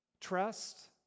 trust